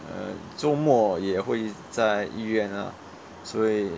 uh 周末也会在医院 ah 所以